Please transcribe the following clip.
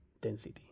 density